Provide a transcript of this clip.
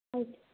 okay